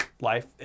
Life